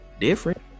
different